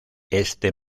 este